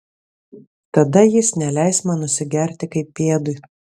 tada jis neleis man nusigerti kaip pėdui